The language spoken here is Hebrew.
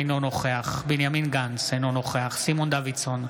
אינו נוכח בנימין גנץ, אינו נוכח סימון דוידסון,